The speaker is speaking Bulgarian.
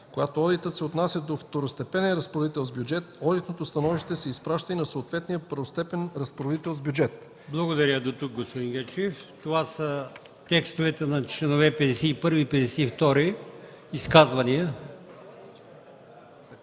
Когато одитът се отнася до второстепенен разпоредител с бюджет, одитното становище се изпраща и на съответния първостепенен разпоредител с бюджет.”